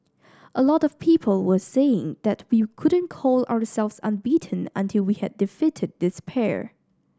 a lot of people were saying that we couldn't call ourselves unbeaten until we had defeated this pair